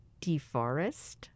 deforest